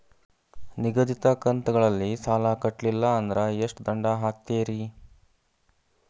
ನಿಗದಿತ ಕಂತ್ ಗಳಲ್ಲಿ ಸಾಲ ಕಟ್ಲಿಲ್ಲ ಅಂದ್ರ ಎಷ್ಟ ದಂಡ ಹಾಕ್ತೇರಿ?